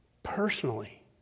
personally